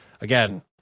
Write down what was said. Again